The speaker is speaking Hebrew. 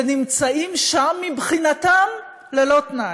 ונמצאים שם מבחינתם ללא תנאי.